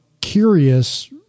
curious